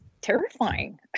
terrifying